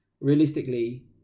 realistically